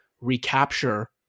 recapture